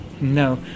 no